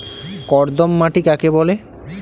কর্দম মাটি কাকে বলে?